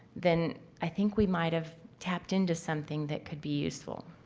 than i think we might have tapped into something that could be useful.